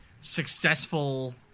successful